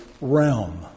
realm